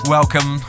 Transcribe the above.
Welcome